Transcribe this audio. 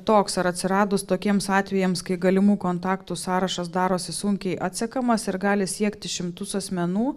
toks ar atsiradus tokiems atvejams kai galimų kontaktų sąrašas darosi sunkiai atsekamas ir gali siekti šimtus asmenų